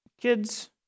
kids